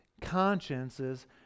consciences